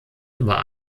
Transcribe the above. über